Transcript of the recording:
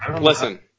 Listen